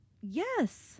Yes